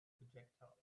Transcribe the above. projectile